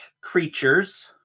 creatures